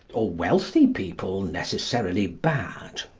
or wealthy people necessarily bad.